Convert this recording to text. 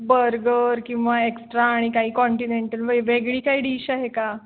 burger किंवा extra आणि काही कॉन्टिनेंटल वे वेगळी काही डिश आहे का